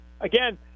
Again